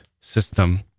system